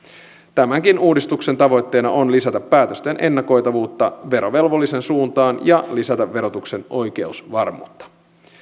tämänkin uudistuksen tavoitteena on lisätä päätösten ennakoitavuutta verovelvollisen suuntaan ja lisätä verotuksen oikeusvarmuutta